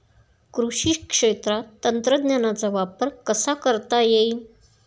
कृषी क्षेत्रात तंत्रज्ञानाचा वापर कसा करता येईल?